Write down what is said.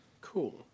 cool